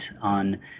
on